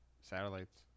satellites